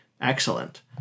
excellent